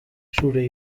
zure